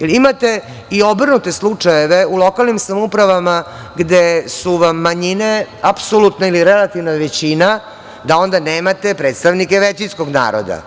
Imate i obrnute slučajeve u lokalnim samoupravama gde su vam manjine apsolutna ili relativna većina, da onda nemate predstavnike većinskog naroda.